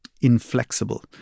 inflexible